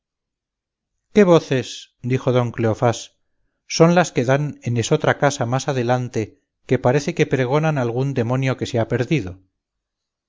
qué voces dijo don cleofás son las que dan en esotra casa más adelante que parece que pregonan algún demonio que se ha perdido